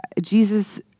Jesus